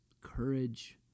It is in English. courage